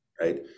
right